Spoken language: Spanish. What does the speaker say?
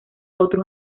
otros